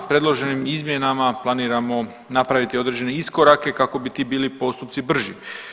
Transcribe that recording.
Predloženim izmjenama planiramo napraviti određene iskorake kako bi ti bili postupci brži.